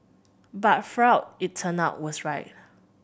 but Freud it turned out was right